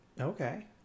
Okay